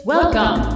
Welcome